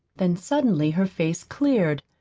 then suddenly her face cleared.